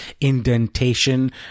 indentation